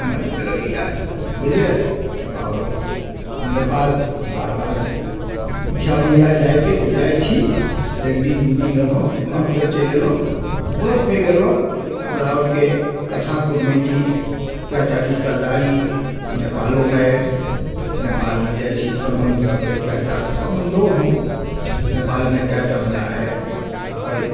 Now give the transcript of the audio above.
हमरा नीक लगैया बुझलियै आओर हम नेपाल बार बार इच्छा होइया जायकेँ तऽ जाइत छी एक दिन दू दिन रहलहुँ फेर चलि एलहुँ पुनः फेर अयलहुँ हमरा आरकेँ कथा कुटुमैती कयटा रिश्तेदारी नेपालोमे अहि नेपालमे जाइत छी सम्बन्ध सभ अहि कयटा तैयो हम नेपालमे हमरा कयटा अहि